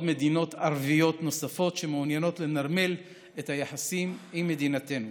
מדינות ערביות נוספות שמעוניינות לנרמל את היחסים עם מדינתנו.